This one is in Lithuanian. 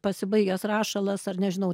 pasibaigęs rašalas ar nežinau